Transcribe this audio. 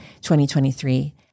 2023